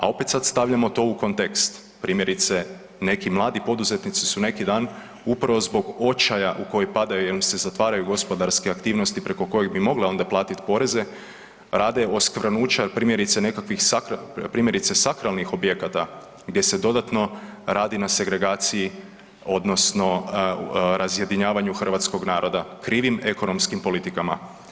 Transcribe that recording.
A opet sad stavljamo to u kontekst primjerice, neki mladi poduzetnici su neki dan upravo zbog očaja u koji padaju jel im se zatvaraju gospodarske aktivnosti preko kojih bi mogle onda platiti poreze, rade oskvrnuća primjerice sakralnih objekata gdje se dodatno radi na segregaciji odnosno razjedinjavanju hrvatskog naroda krivim ekonomskim politikama.